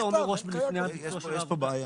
יש פה בעיה.